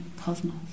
cosmos